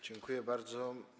Dziękuję bardzo.